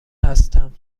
هستم